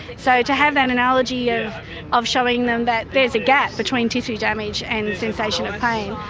so to have that analogy of of showing them that there's a gap between tissue damage and sensation of pain,